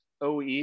OE